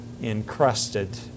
encrusted